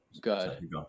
good